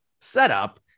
setup